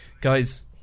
guys